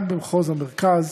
גם במחוז המרכז.